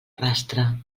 rastre